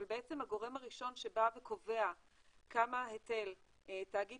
אבל בעצם הגורם הראשון שקובע כמה היטל תאגיד